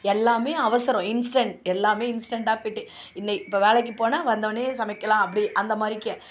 எல்லாம் அவசரம் இன்ஸ்டன்ட் எல்லாம் இன்ஸ்டன்ட்டாக போய்ட்டு இன்றைக்கு இப்போ வேலைக்கு போனால் வந்தோடனே சமைக்கலாம் அப்படி அந்த மாதிரிக்க